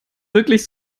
wirklich